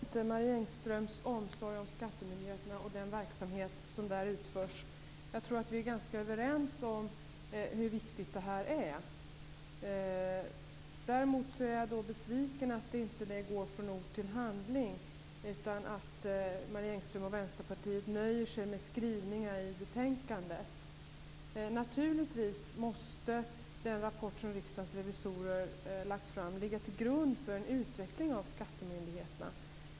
Fru talman! Jag betvivlar inte Marie Engströms omsorg om skattemyndigheterna och den verksamhet som där utförs. Jag tror att vi är ganska överens om hur viktigt det här är. Däremot är jag besviken över att inte detta går från ord till handling utan att Marie Engström och Vänsterpartiet nöjer sig med skrivningar i betänkandet. Naturligtvis måste den rapport som Riksdagens revisorer lagt fram ligga till grund för en utveckling av skattemyndigheterna.